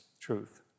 truth